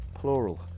plural